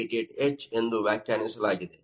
88H ಎಂದು ವ್ಯಾಖ್ಯಾನಿಸಲಾಗಿದೆ